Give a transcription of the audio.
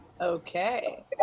okay